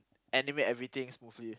animate everything smoothly